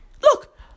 look